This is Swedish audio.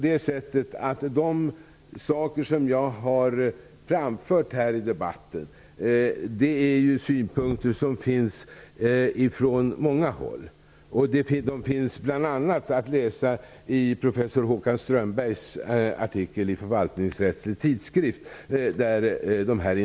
Det som jag har framfört här i debatten är synpunkter som kommer från många håll. Invändningar finns bl.a. att läsa i professor Håkan Strömbergs artikel i